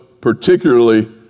particularly